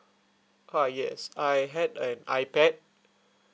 ah yes I had an ipad